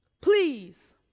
Please